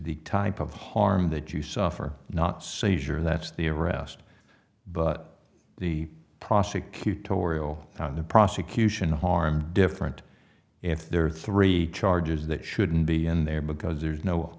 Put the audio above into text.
the type of harm that you suffer not seizure that's the arrest but the prosecutorial on the prosecution harm different if there are three charges that shouldn't be in there because there's no